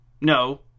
No